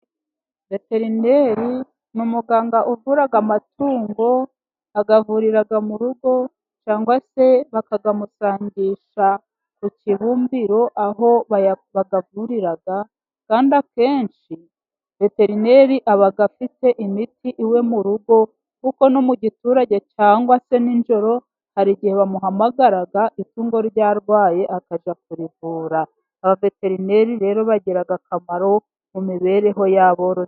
Veterineri ni umuganga uvurura amatungo, ayavurira mu rugo cyangwa se bakayamusangisha ku kibumbiro aho bayavurira akenshi veterineri aba afite imiti iwe mu rugo, kuko no mu giturage cyangwa se n'ijoro hari igihe bamuhamagara itungo ryarwaye akajya kurivura, abaveterineri rero bagira akamaro mu mibereho yaborozi.